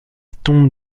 tombe